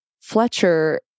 Fletcher